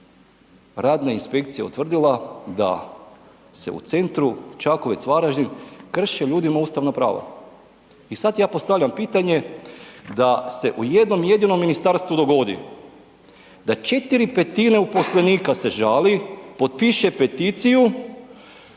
radna inspekcija je utvrdila da se u Centru Čakovec – Varaždin krše ljudima ustavna prava. I sad ja postavljam pitanje da se u jednom jedinom ministarstvu dogodi da 4/5 uposlenika se žali, potpiše peticiju,